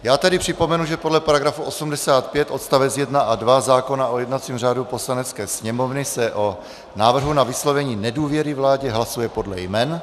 Já tedy připomenu, že podle § 85 odst. 1 a 2 zákona o jednacím řádu Poslanecké sněmovny se o návrhu na vyslovení nedůvěry vládě hlasuje podle jmen.